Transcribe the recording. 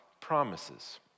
promises